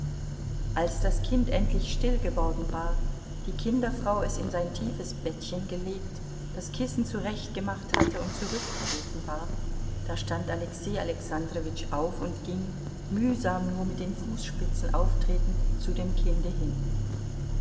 als das kind endlich still geworden war die kinderfrau es in sein tiefes bettchen gelegt das kissen zurechtgemacht hatte und zurückgetreten war da stand alexei alexandrowitsch auf und ging mühsam nur mit den fußspitzen auftretend zu dem kinde hin